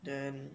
then